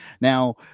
Now